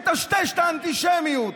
מטשטש את האנטישמיות.